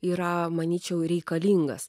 yra manyčiau reikalingas